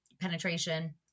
penetration